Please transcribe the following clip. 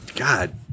God